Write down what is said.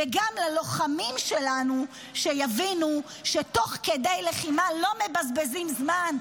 וגם ללוחמים שלנו שיבינו שתוך כדי לחימה לא מבזבזים זמן,